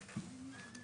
דורשת שנעשה.